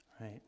Right